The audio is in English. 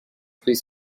please